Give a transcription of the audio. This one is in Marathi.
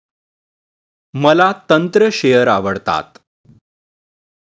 मला तंत्र शेअर आवडतात